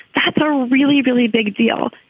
that's a really really big deal.